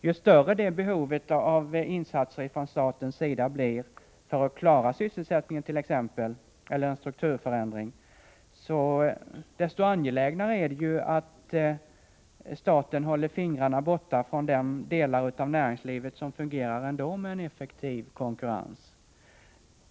Ju större behovet av insatser från statens sida blir för att t.ex. klara sysselsättning eller en strukturförändring, desto angelägnare är det att staten håller fingrarna borta från den del av näringslivet som ändå fungerar med en effektiv konkurrens.